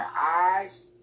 eyes